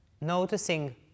noticing